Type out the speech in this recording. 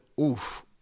oof